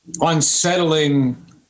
unsettling